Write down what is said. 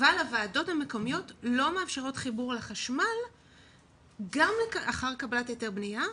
אבל הוועדות המקומיות לא מאפשרות חיבור לחשמל גם אחר קבלת היתר בנייה,